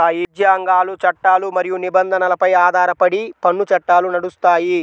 రాజ్యాంగాలు, చట్టాలు మరియు నిబంధనలపై ఆధారపడి పన్ను చట్టాలు నడుస్తాయి